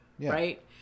Right